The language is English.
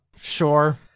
Sure